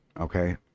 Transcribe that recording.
Okay